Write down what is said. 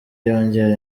yongera